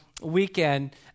weekend